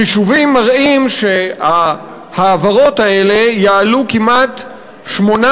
חישובים מראים שההעברות האלה יעלו כמעט 800